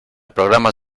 programas